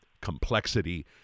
complexity